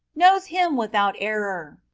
knows him without error,